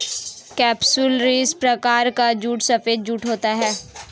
capsularis प्रकार का jute सफेद जूट होता है